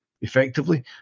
effectively